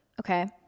Okay